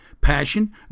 passion